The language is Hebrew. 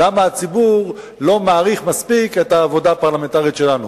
למה הציבור לא מעריך מספיק את העבודה הפרלמנטרית שלנו,